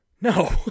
No